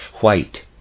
White